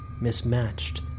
mismatched